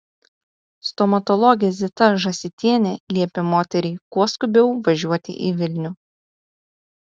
stomatologė zita žąsytienė liepė moteriai kuo skubiau važiuoti į vilnių